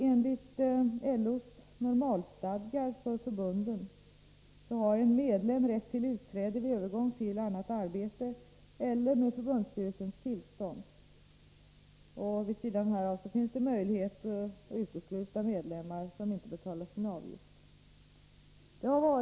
Enligt LO:s normalstadgar för förbunden har en medlem rätt till utträde vid övergång till annat arbete eller då han har förbundsstyrelsens tillstånd. Förbunden har vidare möjlighet att utesluta medlemmar som inte betalar sin avgift.